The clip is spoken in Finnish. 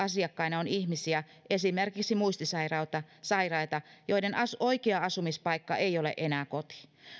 asiakkaina on ihmisiä esimerkiksi muistisairaita joiden oikea asumispaikka ei ole enää koti